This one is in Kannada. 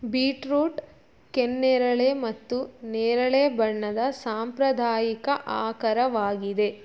ಬೀಟ್ರೂಟ್ ಕೆನ್ನೇರಳೆ ಮತ್ತು ನೇರಳೆ ಬಣ್ಣದ ಸಾಂಪ್ರದಾಯಿಕ ಆಕರವಾಗಿದೆ